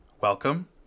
Welcome